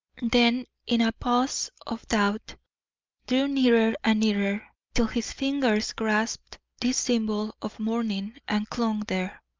then in a pause of doubt drew nearer and nearer till his fingers grasped this symbol of mourning and clung there.